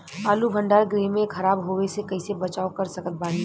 आलू भंडार गृह में खराब होवे से कइसे बचाव कर सकत बानी?